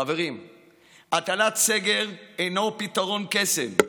חברים, הטלת סגר אינה פתרון קסם.